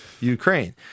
Ukraine